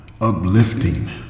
uplifting